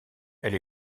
elle